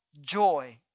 joy